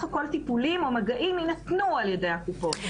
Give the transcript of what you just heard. הכל טיפולים או מגעים יינתנו על ידי הקופות.